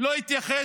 לא התייחס.